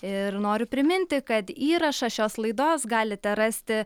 ir noriu priminti kad įrašą šios laidos galite rasti